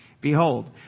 behold